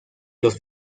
los